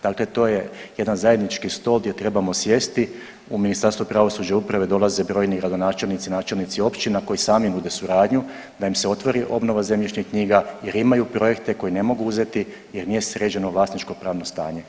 Dakle to je jedan zajednički stol gdje trebamo sjesti, u Ministarstvo pravosuđa i uprave dolaze brojni gradonačelnici i načelnici općina koji sami nude suradnju da im se otvori obnova zemljišnih knjiga jer imaju projekte koje ne mogu uzeti jer nije sređeno vlasničko pravno stanje.